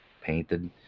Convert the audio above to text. painted